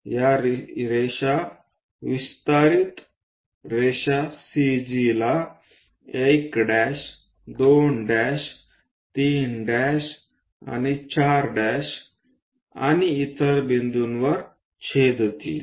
या रेषा विस्तारित रेषा CG ला 1 2 3 4 आणि इतर बिंदूंवर छेदतील